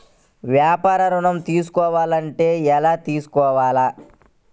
వ్యాపార ఋణం తీసుకోవాలంటే ఎలా తీసుకోవాలా?